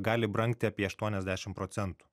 gali brangti apie aštuoniasdešim procentų